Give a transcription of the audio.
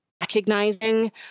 recognizing